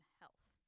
health